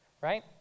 right